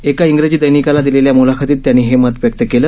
एका इंग्रजी दैनिकाला दिलेल्या मुलाखतीत त्यांनी हे मत व्यक्त केलं